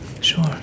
Sure